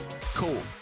cool